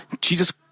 Jesus